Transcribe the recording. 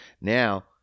now